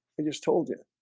they just told you